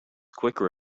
quicker